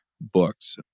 books